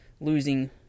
losing